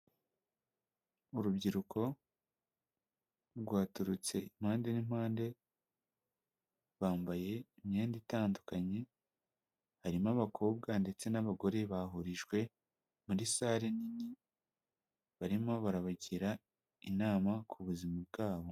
Urubyiruko rwaturutse impande n'impande bambaye imyenda itandukanye harimo abakobwa ndetse n'abagore bahurijwe muri sare nini barimo barabagira inama ku buzima bwabo.